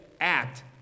act